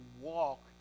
walk